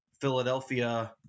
Philadelphia